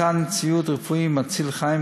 מתן ציוד רפואי מציל חיים,